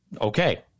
okay